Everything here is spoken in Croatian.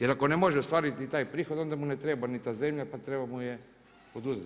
Jer ako ne može ostvariti taj prihod onda mu ne treba ni ta zemlja pa treba mu je oduzeti.